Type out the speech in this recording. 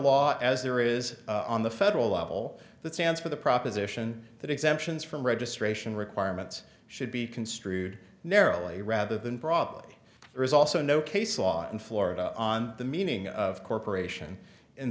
law as there is on the federal level that stands for the proposition that exemptions from registration requirements should be construed narrowly rather than probably there is also no case law in florida on the meaning of corporation in